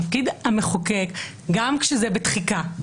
תפקיד המחוקק גם כשזה בתחיקה,